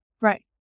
Right